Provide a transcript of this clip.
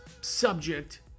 subject